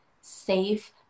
safe